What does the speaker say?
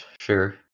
sure